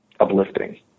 uplifting